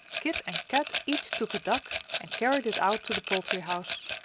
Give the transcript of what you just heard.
kit and kat each took a duck and carried it out to the poultry house.